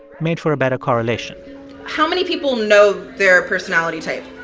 made for a better correlation how many people know their personality type?